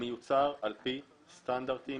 מיוצר על פי סטנדרטים